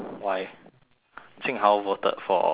jing hao voted for uh